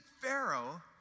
Pharaoh